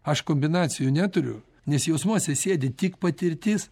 aš kombinacijų neturiu nes jausmuose sėdi tik patirtis